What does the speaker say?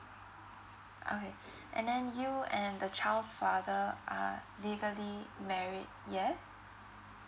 okay and then you and the child's father are legally married yes